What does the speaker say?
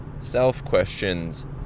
self-questions